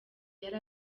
yari